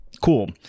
Cool